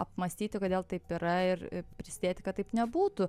apmąstyti kodėl taip yra ir prisidėti kad taip nebūtų